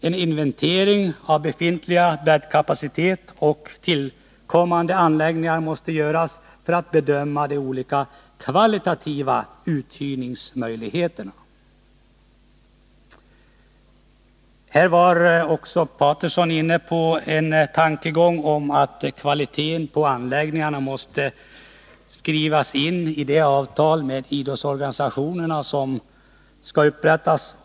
En inventering av befintlig bäddkapacitet och tillkommande anläggningar måste göras för att bedöma de olika kvalitativa uthyrningsmöjligheterna. terspel i Sverige år 1988 Sten Sture Paterson var inne på tankegången att kvaliteten på anläggningarna måste skrivas in i det avtal med idrottsorganisationerna som skall upprättas.